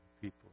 people